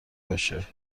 باشه